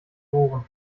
ohren